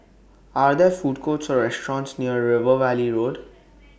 Are There Food Courts Or restaurants near River Valley Road